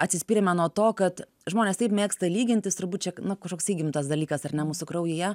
atsispyrėme nuo to kad žmonės taip mėgsta lygintis turbūt čia kažkoks įgimtas dalykas ar ne mūsų kraujyje